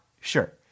sure